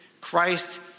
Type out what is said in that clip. Christ